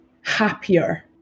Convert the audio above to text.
happier